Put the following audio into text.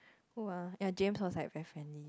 who ah ya James was like very friendly